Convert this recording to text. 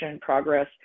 progress